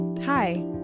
Hi